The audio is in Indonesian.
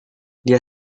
dia